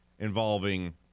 Involving